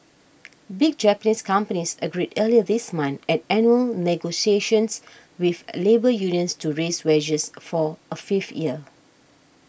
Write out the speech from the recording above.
big Japanese companies agreed earlier this month at annual negotiations with labour unions to raise wages for a fifth year